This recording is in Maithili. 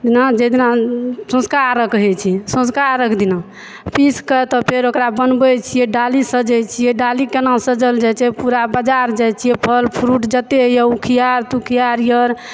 ओहि दिना जे दिना सॅंझुका अर्घ होइ छै सॅंझुका अर्घ दिना पीसक तऽ फेर ओकरा बनबै छियै डाली सजय छियै डाली केना सजल जाइ छै पूरा बजार जाय छियै फल फ़्रूट जते होइया कुशियार तूखियार आर